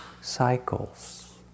cycles